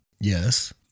Yes